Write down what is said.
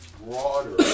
broader